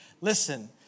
listen